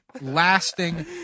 lasting